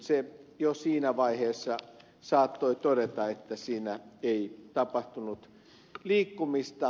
sen jo siinä vaiheessa saattoi todeta että siinä ei tapahtunut liikkumista